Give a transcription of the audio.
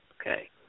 okay